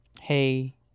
Hey